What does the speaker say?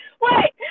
Wait